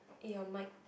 eh your mic